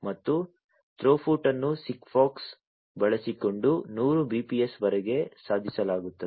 ಮತ್ತು ಥ್ರೋಪುಟ್ ಅನ್ನು SIGFOX ಬಳಸಿಕೊಂಡು 100 bps ವರೆಗೆ ಸಾಧಿಸಲಾಗುತ್ತದೆ